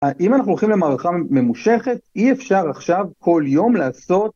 אם אנחנו הולכים למערכה ממושכת, אי אפשר עכשיו כל יום לעשות...